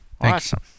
Awesome